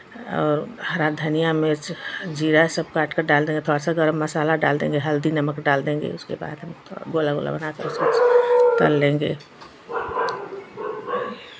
और हरा धनियाँ मिर्च जीरा ये सब काटकर डाल देंगे थोड़ा सा गरम मसाला डाल देंगे हल्दी नमक डाल देंगे उसके बाद में थोड़ा गोला गोला बना कर उसको तल लेंगे